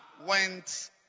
went